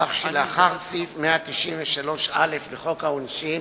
כך שלאחר סעיף 193א לחוק העונשין,